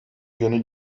yönü